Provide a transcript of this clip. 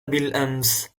بالأمس